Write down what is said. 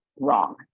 wrong